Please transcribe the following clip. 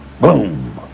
boom